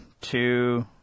two